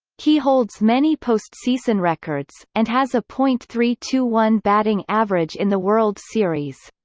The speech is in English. he holds many postseason records, and has a point three two one batting average in the world series.